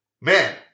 man